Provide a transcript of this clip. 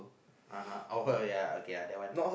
(uh huh) oh her ya okay ya uh that one